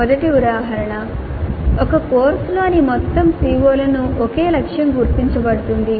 మొదటి ఉదాహరణ ఒక కోర్సులోని మొత్తం CO లకు ఒకే లక్ష్యం గుర్తించబడుతుంది